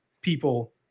people